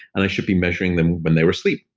and i should be measuring them when they were asleep.